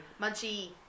Munchie